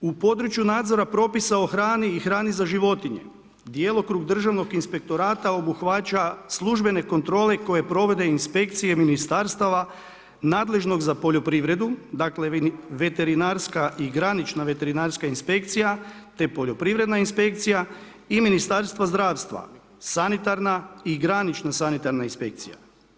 U području nadzora propisa o hrani i hrani za životinje, djelokrug državnog inspektorata obuhvaća službene kontrole koje provode inspekcije ministarstava nadležnog za poljoprivredu, dakle veterinarska i granična veterinarska inspekcija te poljoprivredna inspekcija i Ministarstvo zdravstva, sanitarna i granična sanitarna inspekcija.